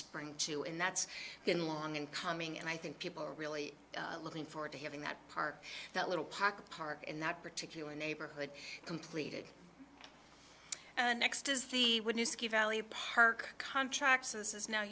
spring too and that's been long in coming and i think people are really looking forward to having that park that little pocket park in that particular neighborhood completed and next is the new ski valley park contract so this is now